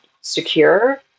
secure